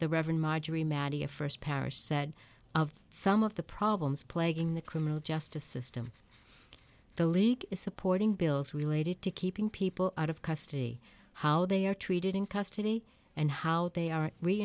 matie a first parish said of some of the problems plaguing the criminal justice system the league is supporting bills related to keeping people out of custody how they are treated in custody and how they are